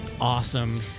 awesome